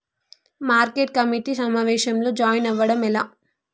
Market committee సమావేశంలో join అవ్వడం ఎలా?